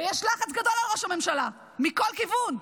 ויש לחץ גדול על ראש הממשלה מכל כיוון,